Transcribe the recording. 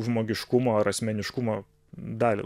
žmogiškumo ar asmeniškumo dalį